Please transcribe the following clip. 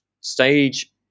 Stage